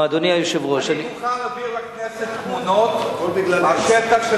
אני מוכן להעביר לכנסת תמונות של השטח,